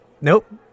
Nope